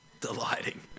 delighting